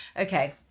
Okay